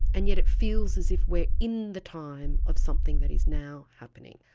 and yet it feels as if we are in the time of something that is now happening.